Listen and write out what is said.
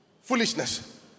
Foolishness